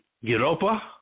Europa